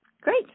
Great